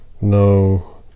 no